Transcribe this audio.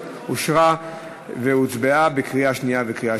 הוצבעה ואושרה בקריאה שנייה ובקריאה